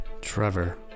Trevor